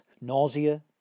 nausea